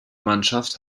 mannschaft